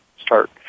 start